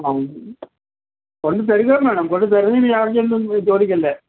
ആ കൊണ്ടുത്തരികയും വേണം കൊണ്ട് തരുന്നതിന് ചാർജൊന്നും ചോദിക്കല്ലേ